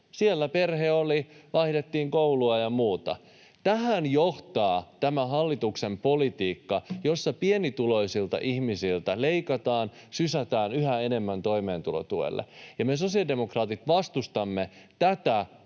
Siellä perhe oli, ja vaihdettiin koulua ja muuta. Tähän johtaa tämä hallituksen politiikka, jossa pienituloisilta ihmisiltä leikataan ja sysätään yhä enemmän toimeentulotuelle. Me sosiaalidemokraatit vastustamme tätä